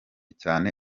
cyane